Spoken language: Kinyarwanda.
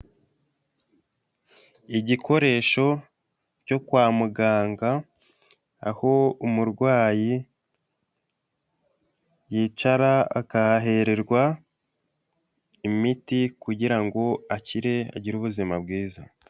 Igikoresho cyo kwa muganga aho umurwayi yicara akahahererwa imiti kugira ngo akire agire ubuzima bwiza.